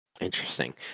Interesting